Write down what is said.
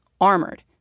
Armored